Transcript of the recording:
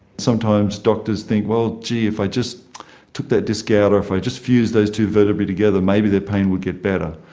sometimes doctors think, well gee, if i just took that the disc out or if i just fused those two vertebrae together, maybe their pain would get better.